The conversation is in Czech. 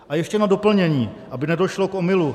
A ještě na doplnění, aby nedošlo k omylu.